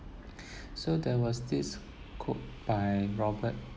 so there was this quote by robert